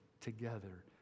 together